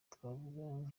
twavuga